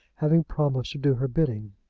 having promised to do her bidding.